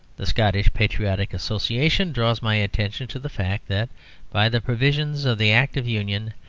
the scottish patriotic association draws my attention to the fact that by the provisions of the act of union,